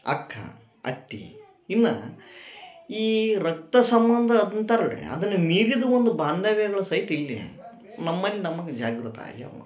ಅಕ್ಕ ಅತ್ತಿ ಎಲ್ಲ ಈ ರಕ್ತ ಸಂಬಂಧ ಅಂತಾರ್ ನೋಡಿರಿ ಅದನ್ನು ಮೀರಿದ ಒಂದು ಬಾಂಧವ್ಯಗಳು ಸಹಿತ ಇಲ್ಲಿದೆ ನಮ್ಮಲ್ಲಿ ನಮಗೆ ಜಾಗೃತಿ ಆಗ್ಯವ